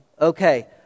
Okay